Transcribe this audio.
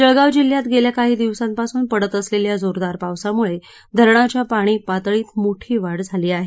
जळगाव जिल्हयात गेल्या काही दिवासांपासून पडत असलेल्या जोरदार पावसामुळे धरणांच्या पाणी पातळीत मोठी वाढ झाली आहे